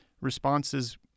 responses